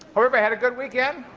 sort of had a good weekend?